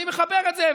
אני מחבר את זה,